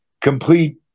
complete